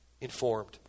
informed